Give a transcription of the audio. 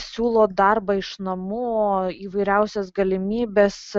siūlo darbą iš namų o įvairiausias galimybes